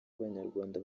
abanyarwanda